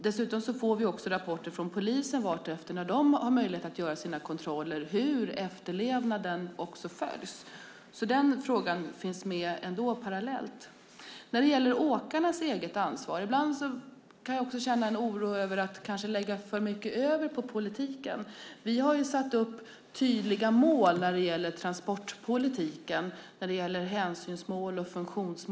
Dessutom får vi rapporter från polisen vartefter när de har möjlighet att göra sina kontroller om hur efterlevnaden av detta är. Denna fråga finns alltså med ändå, parallellt. När det gäller frågan om åkarnas eget ansvar kan jag ibland känna en oro över att det läggs över för mycket på politiken. Vi har satt upp tydliga mål för transportpolitiken - hänsynsmål och funktionsmål.